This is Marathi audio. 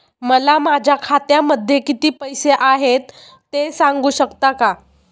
मला माझ्या खात्यामध्ये किती पैसे आहेत ते सांगू शकता का?